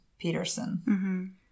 Peterson